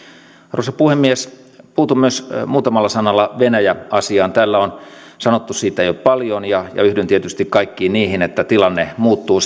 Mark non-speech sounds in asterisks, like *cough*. arvoisa puhemies puutun myös muutamalla sanalla venäjä asiaan täällä on sanottu siitä jo paljon ja yhdyn tietysti kaikkiin niihin että tilanne muuttuu *unintelligible*